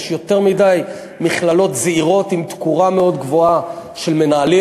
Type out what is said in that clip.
יש יותר מדי מכללות זעירות עם תקורה מאוד גבוהה של מנהלים.